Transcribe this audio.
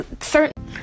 certain